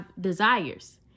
desires